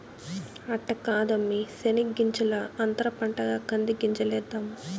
అట్ట కాదమ్మీ శెనగ్గింజల అంతర పంటగా కంది గింజలేద్దాము